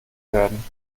werden